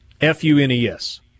F-U-N-E-S